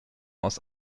aus